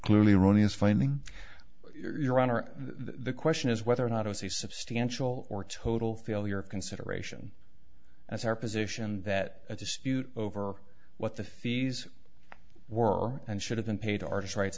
clearly erroneous finding you're honor the question is whether or not i see substantial or total failure consideration as our position that the dispute over what the fees were or and should have been paid are just right